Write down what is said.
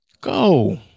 Go